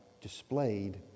displayed